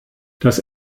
das